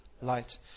light